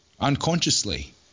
unconsciously